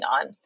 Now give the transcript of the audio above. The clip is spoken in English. on